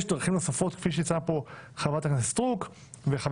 יש דברים נוספות כפי שהציעו פה חבר הכנסת סטרוק וחבר